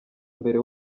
mbere